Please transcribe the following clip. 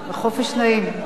חופש נעים.